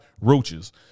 roaches